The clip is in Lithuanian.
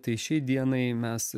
tai šiai dienai mes